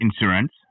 insurance